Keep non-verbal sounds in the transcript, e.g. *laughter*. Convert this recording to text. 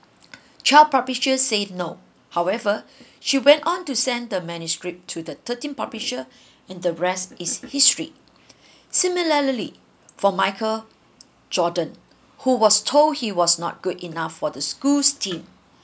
twelve publisher said no however *breath* she went on to send the manuscript to the thirteen publisher *breath* and the rest is history *breath* similarly for michael jordan who was told he was not good enough for the school's team